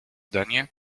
danie